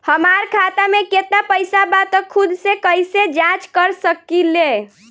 हमार खाता में केतना पइसा बा त खुद से कइसे जाँच कर सकी ले?